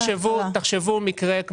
תחשבו על מקרה,